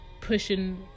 pushing